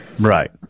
Right